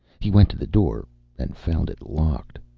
he went to the door and found it locked.